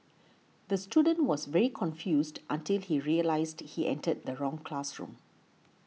the student was very confused until he realised he entered the wrong classroom